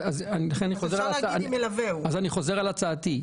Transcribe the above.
אני חוזר על הצעתי.